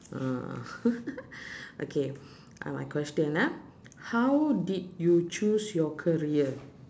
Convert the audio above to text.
uh okay uh my question ah how did you choose your career